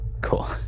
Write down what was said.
Cool